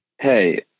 Hey